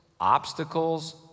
obstacles